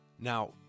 Now